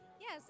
Yes